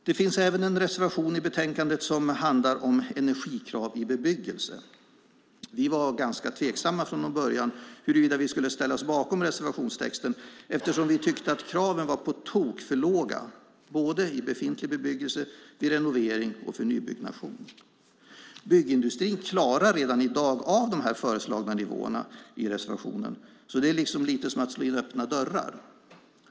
Det finns även en reservation i betänkandet som handlar om energikrav i bebyggelse. Vi var från början ganska tveksamma till huruvida vi skulle ställa oss bakom reservationstexten eftersom vi tyckte att kraven var på tok för låga både i befintlig bebyggelse, vid renovering och för nybyggnation. Byggindustrin klarar redan i dag de i reservationen föreslagna nivåerna så det är lite som att slå in öppna dörrar.